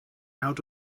out